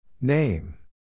Name